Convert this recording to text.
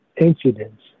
incidents